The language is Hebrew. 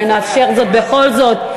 אז אולי נאפשר זאת בכל זאת.